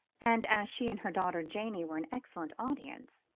and as she and her daughter janey were an excellent audience,